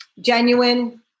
genuine